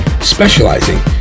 specializing